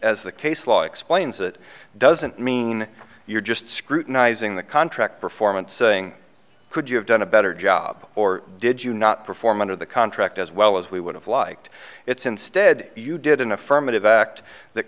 as the case law explains it doesn't mean you're just scrutinizing the contract performance saying could you have done a better job or did you not perform under the contract as well as we would have liked it's instead you did an affirmative act that